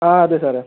ആ അതെ സാറേ